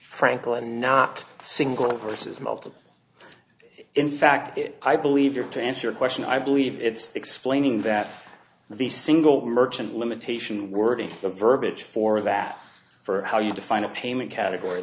frankl and not single versus multiple in fact i believe your to answer your question i believe it's explaining that the single merchant limitation worded the verbiage for that for how you define a payment category